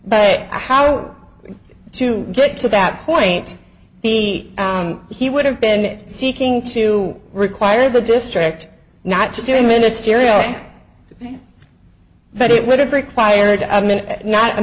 but how to get to that point he he would have been seeking to require the district not to do a ministerial but it would have required the admin not a